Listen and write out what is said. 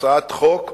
הצעת חוק.